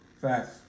Facts